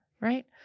right